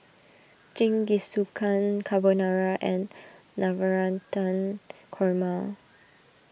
Jingisukan Carbonara and Navratan Korma